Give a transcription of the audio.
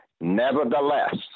Nevertheless